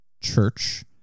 Church